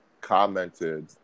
commented